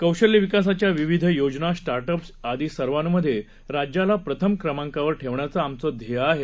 कौशल्यविकासच्याविविधयोजना स्टार्टअप्सआदीसर्वांमध्येराज्यालाप्रथमक्रमांकावरठेवण्याचेआमचंध्येयआहे